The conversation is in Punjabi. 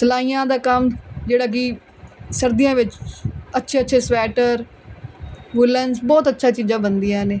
ਸਿਲਾਈਆਂ ਦਾ ਕੰਮ ਜਿਹੜਾ ਕਿ ਸਰਦੀਆਂ ਵਿੱਚ ਅੱਛੇ ਅੱਛੇ ਸਵੈਟਰ ਵੂਲਨਜ਼ ਬਹੁਤ ਅੱਛਾ ਚੀਜ਼ਾਂ ਬਣਦੀਆਂ ਨੇ